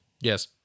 Yes